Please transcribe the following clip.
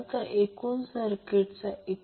आणि bandwidth f0Q0 1006